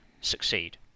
succeed